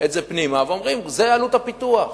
את זה פנימה ואומרים: זה עלות הפיתוח.